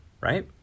right